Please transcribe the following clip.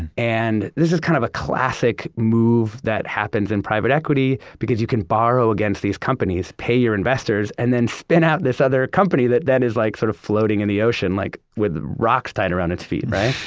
and and this is kind of a classic move that happens in private equity. because you can borrow against these companies, pay your investors, and then spin out this other company that that is like sort of floating in the ocean like, with rocks tied around its feet, right?